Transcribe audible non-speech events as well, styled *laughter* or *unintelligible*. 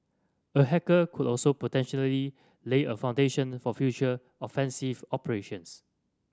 a hacker could also *unintelligible* lay a foundation for future offensive operations